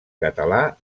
català